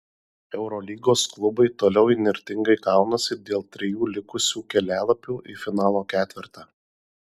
eurolygos klubai toliau įnirtingai kaunasi dėl trijų likusių kelialapių į finalo ketvertą